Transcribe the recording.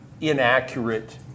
inaccurate